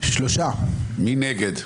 מי נגד?